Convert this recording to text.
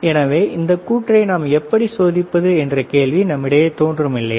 எனவே இந்த சுற்றை நாம் எப்படி சோதிப்பது என்ற கேள்வி நம்மிடையே தோன்றும் இல்லையா